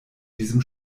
diesem